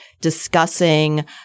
discussing